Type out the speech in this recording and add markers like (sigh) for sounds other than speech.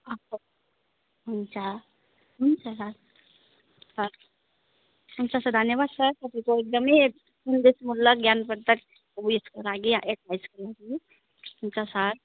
हुन्छ हुन्छ सर (unintelligible) हुन्छ सर धन्यवाद सर तपाईँको एकदमै सन्देशमुलक ज्ञानवर्दक उयोसको लागि एडभाइसको लागि हुन्छ सर